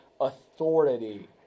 authority